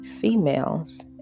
females